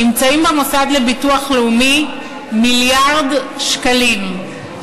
נמצאים במוסד לביטוח לאומי מיליארד שקלים,